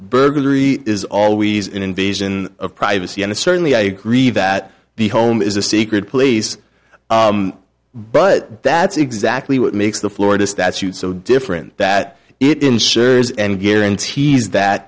burglary is always an invasion of privacy and certainly i agree that the home is a secret police but that's exactly what makes the florida statute so different that it ensures and guarantees that